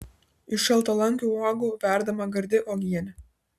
iš šaltalankių uogų verdama gardi uogienė